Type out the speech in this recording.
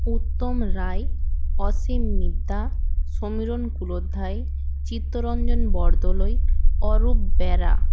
উত্তম রায় অসীম মিদ্দা সমীরণ কুল অধ্যায় চিত্তরঞ্জন বরদলুই অরূপ বেরা